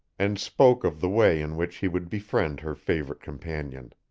and spoke of the way in which he would befriend her favorite companion